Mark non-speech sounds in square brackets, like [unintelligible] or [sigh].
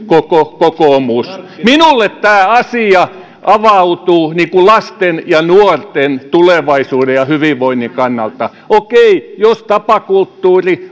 kokoomus minulle tämä asia avautuu lasten ja nuorten tulevaisuuden ja hyvinvoinnin kannalta okei jos tapakulttuuri [unintelligible]